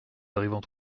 arrivant